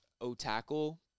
O-Tackle